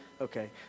Okay